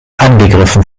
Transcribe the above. angegriffen